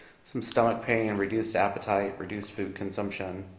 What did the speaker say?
some stomach pain and reduced appetite, reduced food consumption.